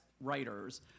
writers